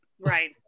Right